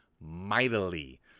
mightily